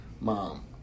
Mom